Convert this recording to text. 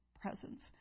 presence